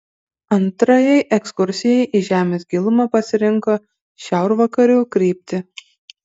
antrajai ekskursijai į žemės gilumą pasirinko šiaurvakarių kryptį